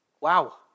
Wow